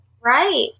Right